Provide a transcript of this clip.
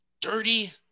dirty